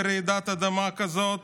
לרעידת אדמה כזאת,